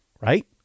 right